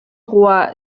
roi